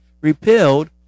repealed